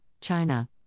China